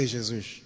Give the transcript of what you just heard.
Jesus